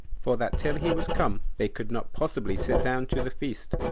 for that till he was come they could not possibly sit down to the feast.